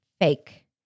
fake